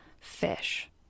fish